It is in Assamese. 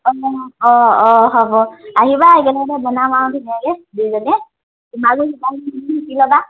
অঁ অঁ অঁ হ'ব আহিবা একেলগে বনাম আৰু ধুনীয়াকৈ দুয়োজনীয়ে তোমাকো শিকাই দিম তুমি শিকি ল'বা